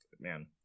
man